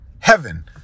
heaven